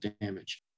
damage